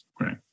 Right